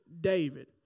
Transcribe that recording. David